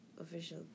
official